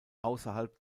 außerhalb